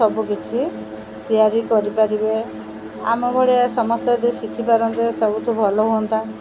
ସବୁ କିଛି ତିଆରି କରିପାରିବେ ଆମ ଭଳିଆ ସମସ୍ତେ ଯଦି ଶିଖିପାରନ୍ତେ ସବୁଠୁ ଭଲ ହୁଅନ୍ତା